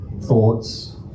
thoughts